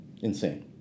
insane